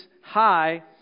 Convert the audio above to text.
high